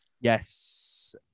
Yes